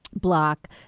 block